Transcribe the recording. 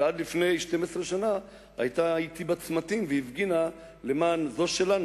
שעד לפני 12 שנה היתה אתי בצמתים והפגינה למען "זו שלנו,